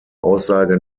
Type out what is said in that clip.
aussage